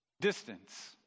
Distance